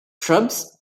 shrubs